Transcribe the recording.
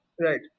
Right